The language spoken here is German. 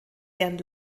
deren